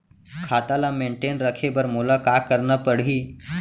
खाता ल मेनटेन रखे बर मोला का करना पड़ही?